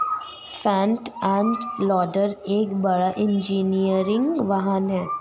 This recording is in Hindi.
फ्रंट एंड लोडर एक बड़ा इंजीनियरिंग वाहन है